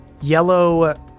yellow